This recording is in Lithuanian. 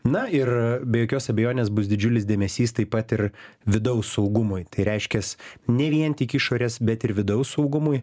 na ir be jokios abejonės bus didžiulis dėmesys taip pat ir vidaus saugumui tai reiškias ne vien tik išorės bet ir vidaus saugumui